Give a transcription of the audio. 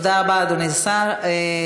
תודה רבה, אדוני השר.